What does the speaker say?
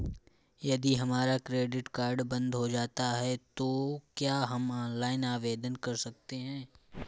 यदि हमारा credit card बंद हो जाता है तो क्या हम ऑनलाइन आवेदन कर सकते हैं?